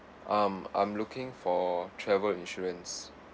um I'm looking for travel insurance